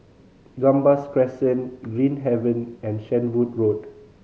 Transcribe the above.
Gambas Crescent Green Haven and Shenvood Road